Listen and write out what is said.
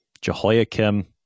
Jehoiakim